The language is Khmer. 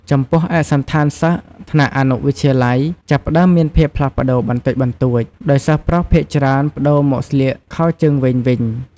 ចំពោះឯកសណ្ឋានសិស្សថ្នាក់អនុវិទ្យាល័យ ចាប់ផ្ដើមមានភាពផ្លាស់ប្តូរបន្តិចបន្តួច ដោយសិស្សប្រុសភាគច្រើនប្តូរមកស្លៀកខោជើងវែងវិញ។